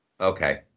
Okay